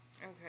Okay